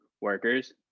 workers